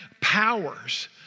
powers